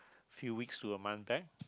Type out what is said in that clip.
few weeks to a month back